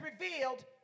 revealed